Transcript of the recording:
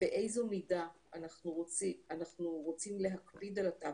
באיזו מידה אנחנו רוצים להקפיד על התו